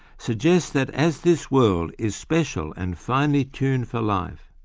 suggests that, as this world is special and finely tuned for life,